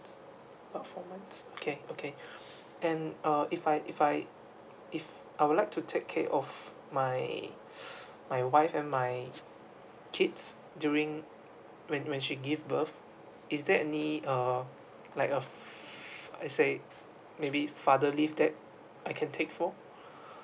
about four months okay okay and uh if I if I if I would like to take care of my my wife and my kids during when when she give birth is there any um like a fr~ I say maybe father leave that I can take for